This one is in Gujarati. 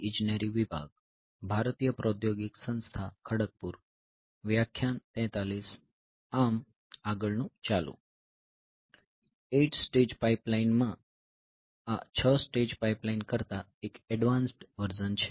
8 સ્ટેજ પાઇપલાઇન માં આ 6 સ્ટેજ પાઇપલાઈ કરતાં એક એડવાન્સ્ડ વર્ઝન છે